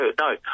no